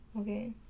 Okay